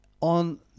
on